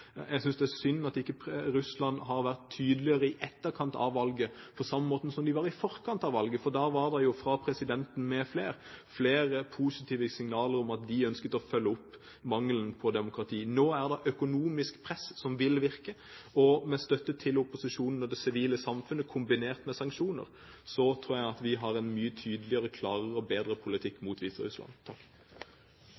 Jeg synes det er synd at ikke Russland har vært tydeligere i etterkant av valget, på samme måten som de var i forkant av valget. Da kom det jo fra presidenten mfl. flere positive signaler om at de ønsket å følge opp mangelen på demokrati. Nå er det økonomisk press som vil virke. Og med støtte til opposisjonen og det sivile samfunn, kombinert med sanksjoner, tror jeg vi har en mye tydeligere, klarere og bedre politikk